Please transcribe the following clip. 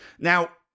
Now